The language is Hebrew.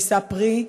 תישא פרי.